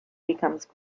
becomes